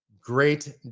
great